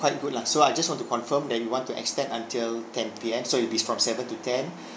quite good lah so I just want to confirm that we want to extend until ten P_M so it'll be from seven to ten